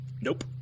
Nope